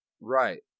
Right